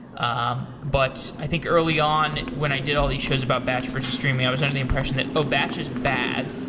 um but i think, early on, when i did all these shows about batch versus streaming, i was under the impression that, oh, batch is bad,